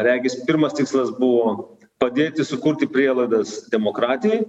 regis pirmas tikslas buvo padėti sukurti prielaidas demokratijai